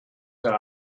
that